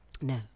No